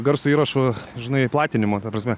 garso įrašų žinai platinimu ta prasme